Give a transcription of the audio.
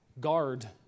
Guard